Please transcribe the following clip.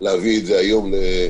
להביא את זה היום לדיון.